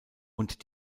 und